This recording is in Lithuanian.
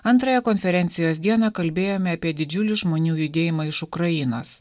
antrąją konferencijos dieną kalbėjome apie didžiulį žmonių judėjimą iš ukrainos